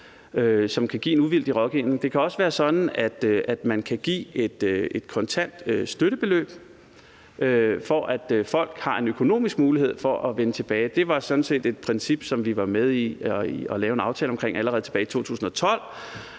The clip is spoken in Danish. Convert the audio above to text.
som kan give en uvildig rådgivning. Det kan også være sådan, at man kan give et kontant støttebeløb, for at folk har en økonomisk mulighed for at vende tilbage. Det var sådan set et princip, som vi var med til at lave en aftale om allerede tilbage i 2012.